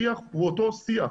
השיח הוא אותו שיח,